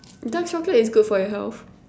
dark chocolate is good for your health